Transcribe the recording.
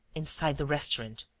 inside the restaurant.